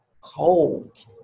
cold